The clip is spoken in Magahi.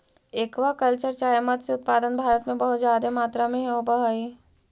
एक्वा कल्चर चाहे मत्स्य उत्पादन भारत में बहुत जादे मात्रा में होब हई